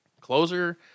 Closer